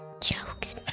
jokes